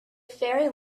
ferry